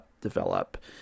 develop